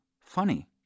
funny